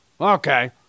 Okay